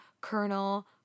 Colonel